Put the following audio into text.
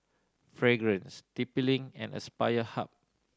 Fragrance T P Link and Aspire Hub